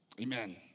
Amen